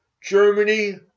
Germany